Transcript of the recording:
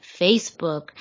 Facebook